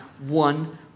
one